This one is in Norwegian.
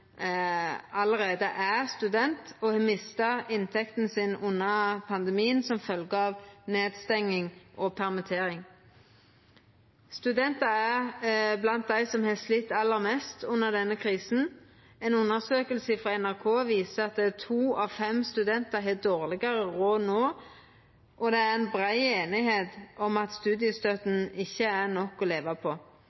allereie er student og har mista inntekta si under pandemien som følgje av nedstenging og permittering. Studentar er blant dei som har slite aller mest under denne krisa. Ei undersøking frå NRK viser at to av fem studentar har dårlegare råd no, og det er ei brei einigheit om at studiestøtta